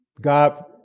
God